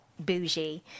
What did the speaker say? bougie